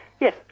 Yes